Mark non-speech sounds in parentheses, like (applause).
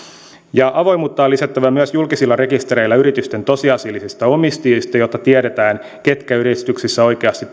avoimuutta on lisättävä myös julkisilla rekistereillä yritysten tosiasiallisista omistajista jotta tiedetään ketkä yrityksissä oikeasti (unintelligible)